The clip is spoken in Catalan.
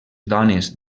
dones